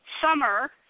summer